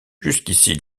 jusqu’ici